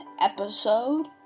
episode